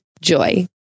Joy